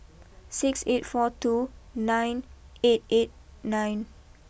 six eight four two nine eight eight nine